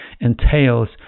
entails